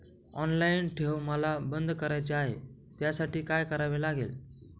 Online ठेव मला बंद करायची आहे, त्यासाठी काय करावे लागेल?